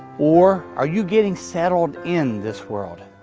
or are you getting settled in this world?